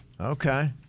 Okay